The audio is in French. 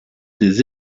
des